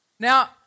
Now